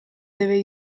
deve